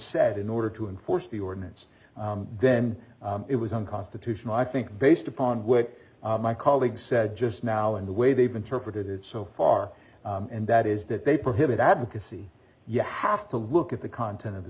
said in order to enforce the ordinance then it was unconstitutional i think based upon what my colleague said just now and the way they've interpreted it so far and that is that they prohibit advocacy you have to look at the content of the